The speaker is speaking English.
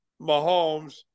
Mahomes